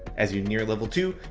as you near level two,